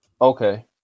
Okay